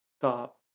stop